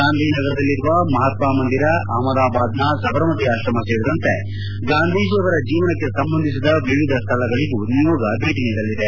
ಗಾಂಧಿನಗರದಲ್ಲಿರುವ ಮಹಾತ್ವಮಂದಿರ ಅಹಮದಾಬಾದ್ ನ ಸಬರಮತಿ ಆಶ್ರಮ ಸೇರಿದಂತೆ ಗಾಂಧೀಜಿ ಅವರ ಜೀವನಕ್ಕೆ ಸಂಬಂಧಿಸಿದ ವಿವಿಧ ಸ್ಥಳಗಳಿಗೂ ನಿಯೋಗ ಭೇಟ ನೀಡಲಿದೆ